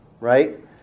Right